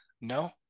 No